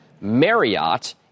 Marriott